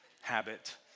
habit